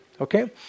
Okay